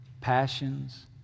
passions